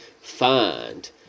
find